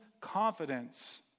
confidence